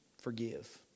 forgive